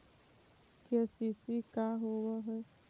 KCC का होव हइ?